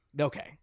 Okay